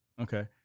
Okay